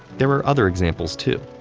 there are other examples, too.